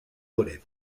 relève